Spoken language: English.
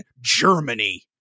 Germany